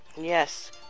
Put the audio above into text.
Yes